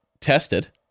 tested